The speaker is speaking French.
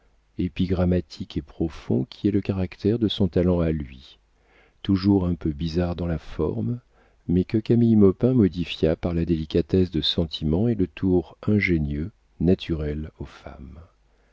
fin épigrammatique et profond qui est le caractère de son talent à lui toujours un peu bizarre dans la forme mais que camille maupin modifia par la délicatesse de sentiment et le tour ingénieux naturels aux femmes